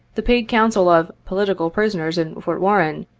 the paid counsel of poli tical prisoners in fort warren,